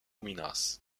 minas